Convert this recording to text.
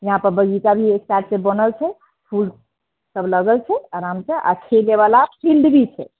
यहाँ पर बगीचा भी ओहि साइड से बनल छै फूल सब लगल छै आरामसे आ खेलेबाला फिल्ड भी छै